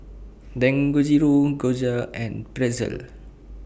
Dangojiru Gyoza and Pretzel